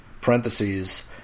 parentheses